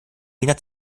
wiener